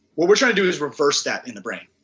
what we're trying to do is from first step in the brain.